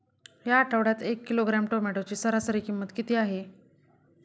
या आठवड्यात एक किलोग्रॅम टोमॅटोची सरासरी किंमत किती आहे?